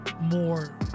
more